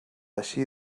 així